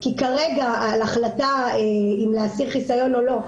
כי כרגע על החלטה אם להסיר חיסיון או לא,